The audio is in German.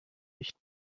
nicht